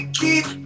keep